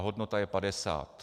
Hodnota je 50.